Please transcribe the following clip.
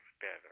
better